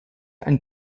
ein